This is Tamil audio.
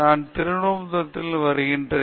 நான் திருவனந்தத்தில் இருந்து வருகிறேன்